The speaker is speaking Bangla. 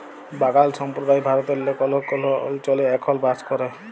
বাগাল সম্প্রদায় ভারতেল্লে কল্হ কল্হ অলচলে এখল বাস ক্যরে